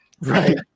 Right